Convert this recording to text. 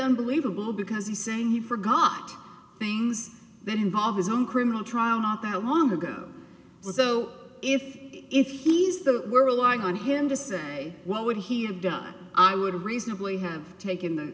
unbelievable because he's saying he forgot things that involve his own criminal trial not that long ago so if if he's that we're relying on him to say what would he have done i would reasonably have taken the